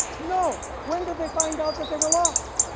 no. when did they find out that they were lost.